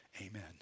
Amen